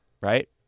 right